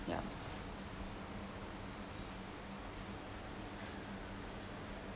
ya